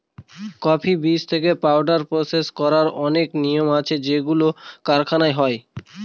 coffee বীজ থেকে powder process করার অনেক নিয়ম আছে যেগুলো কারখানায় হয়